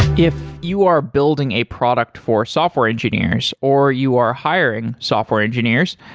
if you are building a product for software engineers, or you are hiring software engineers,